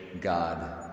God